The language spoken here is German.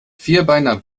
vierbeiner